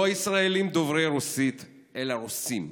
לא ישראלים דוברי רוסית אלא רוסים.